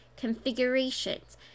configurations